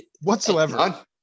Whatsoever